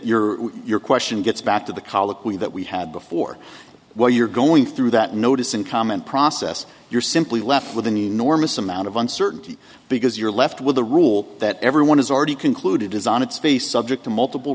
your your question gets back to the colloquy that we had before where you're going through that notice and comment process you're simply left with an enormous amount of uncertainty because you're left with a rule that everyone has already concluded is on its face subject to multiple